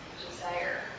desire